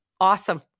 awesome